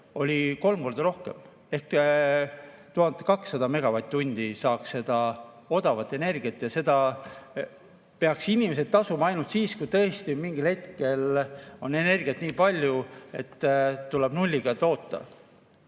oli kolm korda rohkem. Ehk 1200 megavatt-tundi saaks seda odavat energiat ja seda peaks inimesed tasuma ainult siis, kui tõesti mingil hetkel on energiat nii palju, et tuleb nulliga toota.